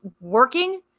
working